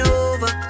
over